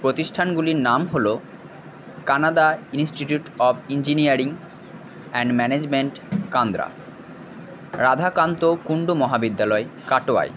প্রতিষ্ঠানগুলির নাম হল Kanad institute of engineering and management Kandra Radhakanta Kundu মহাবিদ্যালয় কাটোয়ায়